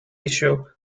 issue